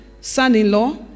son-in-law